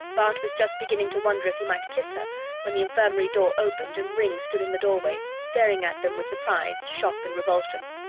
bart was just beginning to wonder if he might kiss her when the infirmary door opened and ringg stood in the doorway, staring at them with surprise, shock and revulsion.